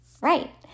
Right